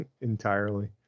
entirely